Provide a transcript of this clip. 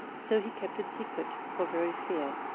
so he kept it secret for very fear.